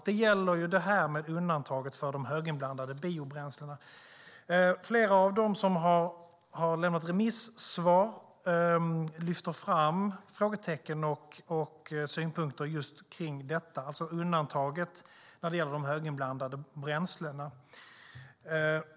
Det gäller undantaget för de höginblandade biobränslena. Flera av dem som har lämnat remissvar lyfter fram frågetecken och synpunkter på just undantaget när det gäller de höginblandade bränslena.